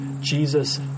Jesus